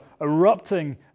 erupting